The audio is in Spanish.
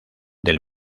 del